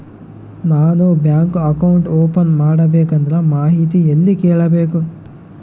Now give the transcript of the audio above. ನಾನು bank account open ಮಾಡಬೇಕಂದ್ರ ಮಾಹಿತಿ ಎಲ್ಲಿ ಕೇಳಬೇಕು?